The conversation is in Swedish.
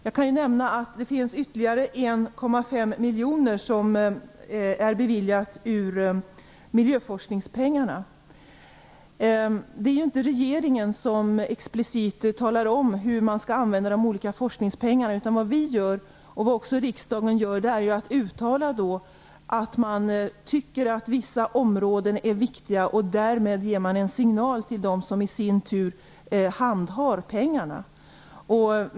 Jag kan nämna att det finns ytterligare 1,5 miljoner som är beviljade från miljöforskningspengarna. Det är inte regeringen som explicit talar om hur de olika forskningspengarna skall användas. Det regeringen och riksdagen gör är att uttala att man anser att vissa områden är viktiga. Därmed ger man en signal till dem som handhar pengarna.